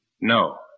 No